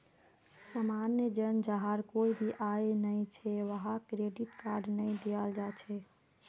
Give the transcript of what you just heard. सामान्य जन जहार कोई भी आय नइ छ वहाक क्रेडिट कार्ड नइ दियाल जा छेक